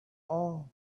all